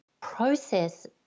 process